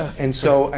and so,